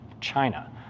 China